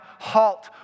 halt